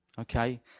Okay